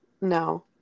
No